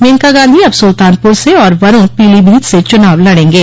मेनका गांधी अब सुल्तानपुर से और वरूण पीलीभीत से चुनाव लड़ेंगे